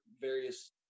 various